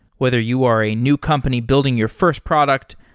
whether you are a new company building your first product,